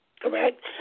Correct